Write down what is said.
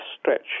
stretch